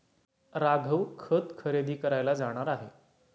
राघव खत खरेदी करायला जाणार आहे